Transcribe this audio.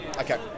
Okay